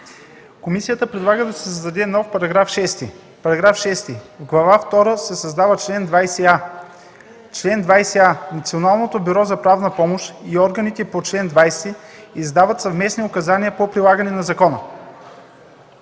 Комисията предлага да се създаде нов § 6: „§ 6. В Глава втора се създава чл. 20а: „Чл. 20а. Националното бюро за правни помощ и органите по чл. 20 издават съвместни указания по прилагането на закона.”